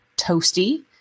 toasty